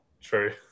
True